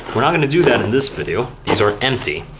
we're not going to do that in this video. these are empty.